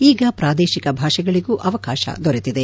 ಈಗ ಪ್ರಾದೇಶಿಕ ಭಾಷೆಗಳಿಗೂ ಅವಕಾಶ ದೊರೆತಿದೆ